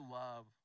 love